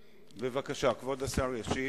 בבקשה, כבוד השר ישיב.